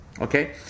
Okay